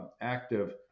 active